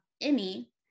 Emmy